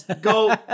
go